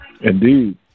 Indeed